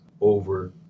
over